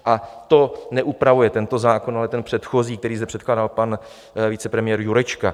A to neupravuje tento zákon, ale ten předchozí, který zde předkládal pan vicepremiér Jurečka.